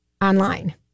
online